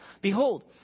Behold